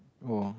oh